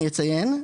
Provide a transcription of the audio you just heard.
אני אציין,